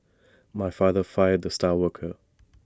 my father fired the star worker